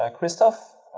ah christoph,